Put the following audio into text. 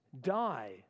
die